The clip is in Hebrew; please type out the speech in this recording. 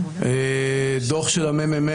דוח של ה-מ.מ.מ.